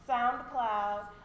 SoundCloud